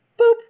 boop